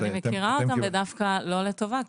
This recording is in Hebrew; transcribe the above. אני מכירה אותם ודווקא לא לטובה.